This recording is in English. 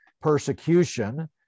persecution